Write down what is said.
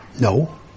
no